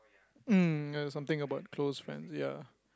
mm ya something about close friends ya